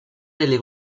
delle